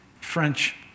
French